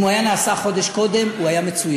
אם הוא היה נעשה חודש קודם הוא היה מצוין.